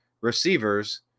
receivers